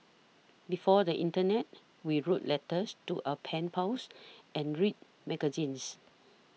before the internet we wrote letters to our pen pals and read magazines